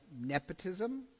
nepotism